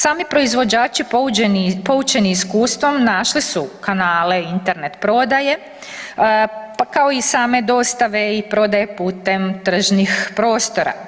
Sami proizvođači poučeni iskustvom našli su kanale Internet prodaje, pa kao i same dostave i prodaje putem tržnih prostora.